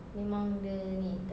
memang dia ini